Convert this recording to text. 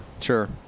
Sure